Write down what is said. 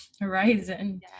horizon